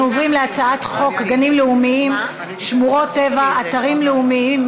63 בעד, שמונה נגד, אין נמנעים.